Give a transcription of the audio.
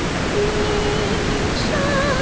flinging shadows